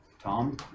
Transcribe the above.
Tom